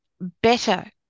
better